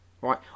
right